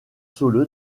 solo